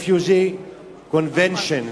Refugee Convention,